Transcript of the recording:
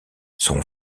son